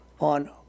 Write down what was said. on